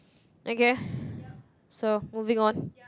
okay so moving on